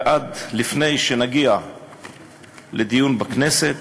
ועד לפני שנגיע לדיון בכנסת,